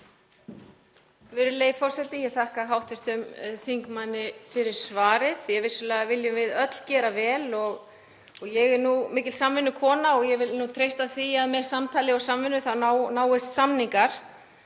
Virðulegi forseti. Ég þakka hv. þingmanni fyrir svarið. Vissulega viljum við öll gera vel og ég er mikil samvinnukona og vil treysta því að með samtali og samvinnu náist samningar.